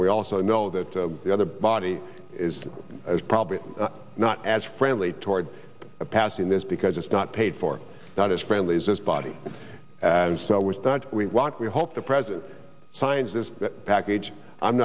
we also know that the other body is probably not as friendly toward passing this because it's not paid for not as friendlies as body and so we start we want we hope the president signs this package i'm